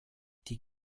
die